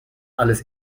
alles